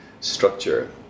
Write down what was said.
structure